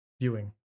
viewing